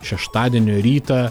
šeštadienio rytą